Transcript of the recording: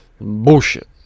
Bullshit